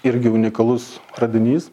irgi unikalus radinys